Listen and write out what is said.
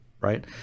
right